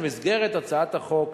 מסגרת הצעת החוק,